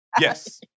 Yes